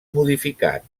modificat